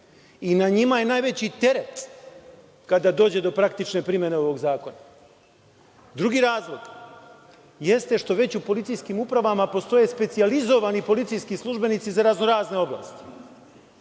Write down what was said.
Na njima je i najveći teret kada dođe do praktične primene ovog zakona. Drugi razlog, jeste što već u policijskim upravama postoje specijalizovani policijski službenici za razno razne oblasti,